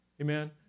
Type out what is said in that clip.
Amen